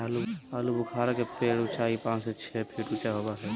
आलूबुखारा के पेड़ के उचाई पांच से छह फीट ऊँचा होबो हइ